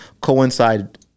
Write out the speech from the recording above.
coincide